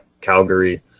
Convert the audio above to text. Calgary